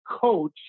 coach